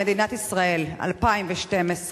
במדינת ישראל 2012,